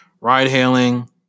ride-hailing